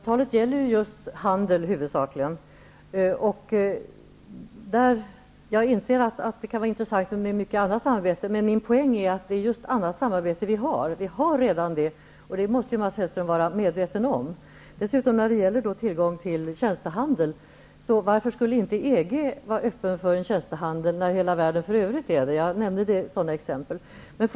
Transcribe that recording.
Fru talman! EES-avtalet gäller huvudsakligen handel. Jag inser att det kan vara intressant med annat samarbete. Men min poäng är att det är just annat samarbete som vi redan har. Det måste Mats Hellström vara medveten om. Varför skall inte EG vara öppen för tjänstehandel när hela världen för övrigt är det? Jag nämnde sådana exempel.